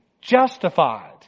justified